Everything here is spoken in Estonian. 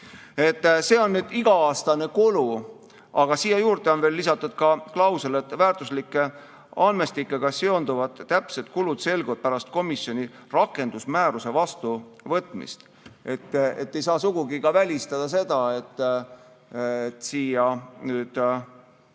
See on iga-aastane kulu, aga siia juurde on lisatud ka klausel, et väärtuslike andmestikega seonduvad täpsed kulud selguvad pärast komisjoni rakendusmääruse vastu võtmist. Ei saa sugugi välistada, et siia tulevad